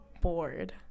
bored